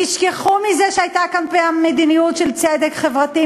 תשכחו מזה שהייתה כאן פעם מדיניות של צדק חברתי,